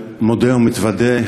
אני מודה ומתוודה,